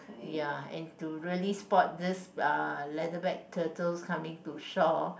ya and to really spot this uh leatherback turtles coming to shore